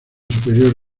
superior